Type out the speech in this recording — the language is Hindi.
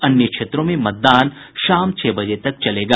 अन्य क्षेत्रों में मतदान शाम छह बजे तक चलेगा